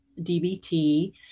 DBT